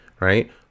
Right